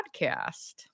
podcast